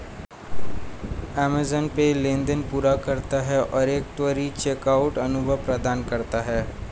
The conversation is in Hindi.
अमेज़ॅन पे लेनदेन पूरा करता है और एक त्वरित चेकआउट अनुभव प्रदान करता है